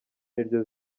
niryo